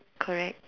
correct